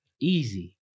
Easy